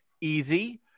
easy